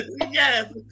yes